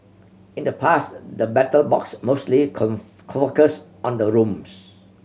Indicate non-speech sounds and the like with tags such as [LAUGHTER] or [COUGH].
in the past the Battle Box mostly [UNINTELLIGIBLE] focused on the rooms